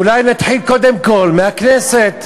אולי נתחיל קודם כול מהכנסת.